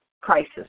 crisis